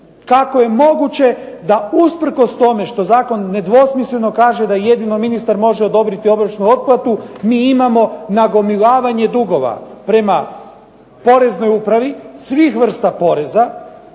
kako je moguće da usprkos tome što zakon nedvosmisleno kaže da jedino ministar može odobriti obročnu otplatu mi imamo nagomilavanje dugova prema poreznoj upravi svih vrsta poreza,